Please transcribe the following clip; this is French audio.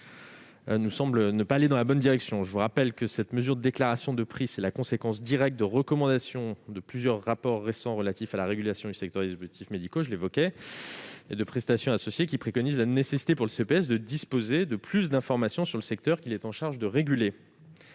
nous semble pas aller dans la bonne direction. Je vous le rappelle, la mesure de déclaration de prix est la conséquence directe de recommandations de plusieurs rapports récents relatifs à la régulation du secteur des dispositifs médicaux et de prestations associées. Ceux-ci insistent sur la nécessité pour le CEPS de disposer de plus d'informations sur le secteur qu'il est chargé de réguler.